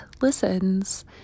listens